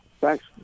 Thanks